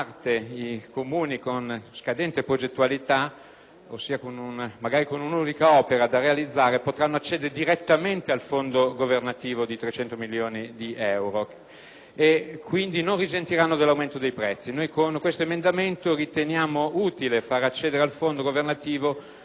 (magari con un'unica opera da realizzare) potranno accedere direttamente al fondo governativo di 300 milioni di euro. Quindi, questi Comuni non risentiranno dell'aumento dei prezzi. Con questo emendamento, noi riteniamo utile far accedere al fondo governativo tutti i piccoli Comuni fino a 5000 abitanti.